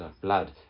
blood